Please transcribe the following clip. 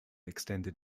extended